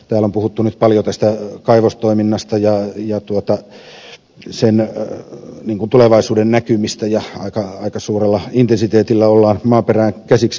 täällä on puhuttu nyt paljon kaivostoiminnasta ja sen tulevaisuudennäkymistä ja aika suurella intensiteetillä ollaan maaperään käsiksi käymässä